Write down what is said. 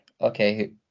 okay